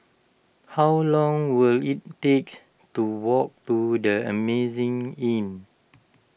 how long will it take to walk to the Amazing Inn